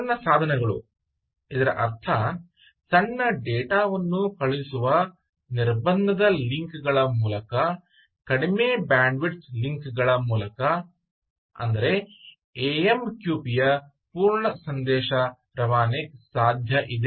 ಸಣ್ಣ ಸಾಧನಗಳು ಇದರ ಅರ್ಥ ಸಣ್ಣ ಡೇಟಾ ವನ್ನು ಕಳುಹಿಸುವ ನಿರ್ಬಂಧದ ಲಿಂಕ್ಗಳ ಮೂಲಕ ಕಡಿಮೆ ಬ್ಯಾಂಡ್ವಿಡ್ತ್ ಲಿಂಕ್ ಗಳ ಮೂಲಕ ಆದರೆ ಎ ಎಂ ಕ್ಯೂ ಪಿ ಪೂರ್ಣ ಸಂದೇಶ ರವಾನೆ ಸಾಧ್ಯ ಇದೆ